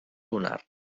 lunar